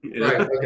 Right